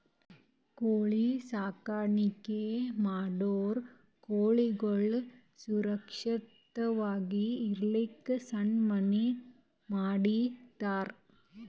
ಕೋಳಿ ಸಾಕಾಣಿಕೆ ಮಾಡೋರ್ ಕೋಳಿಗಳ್ ಸುರಕ್ಷತ್ವಾಗಿ ಇರಲಕ್ಕ್ ಸಣ್ಣ್ ಮನಿ ಮಾಡಿರ್ತರ್